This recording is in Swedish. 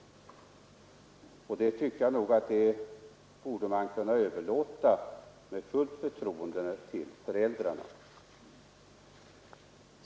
Jag tycker att man med fullt förtroende borde kunna överlåta den bedömningen till föräldrarna.